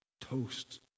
Toast